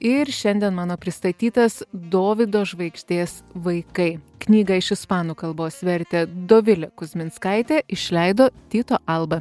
ir šiandien mano pristatytas dovydo žvaigždės vaikai knygą iš ispanų kalbos vertė dovilė kuzminskaitė išleido tyto alba